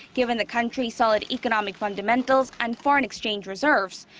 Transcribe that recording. given the country's solid economic fundamentals and foreign exchange reserves.